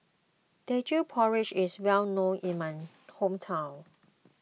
Teochew Porridge is well known in my hometown